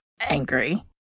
angry